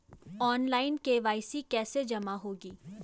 Online KYC कैसे जमा होगी?